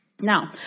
Now